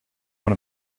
one